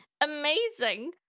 Amazing